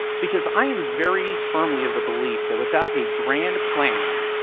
because i'm very firmly of the belief that without a grand plan,